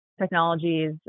technologies